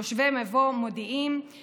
תושבי מבוא מודיעים,